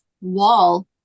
wall